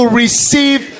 receive